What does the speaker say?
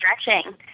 stretching